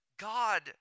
God